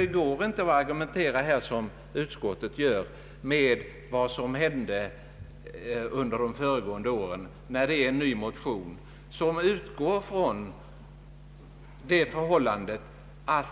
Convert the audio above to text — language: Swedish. Det går inte att argumentera som utskottsmajoriteten gör — man hänvisar till vad som hände under de föregående åren — när det är ett nytt motionsyrkande, som utgår från att